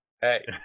Hey